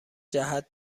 جهت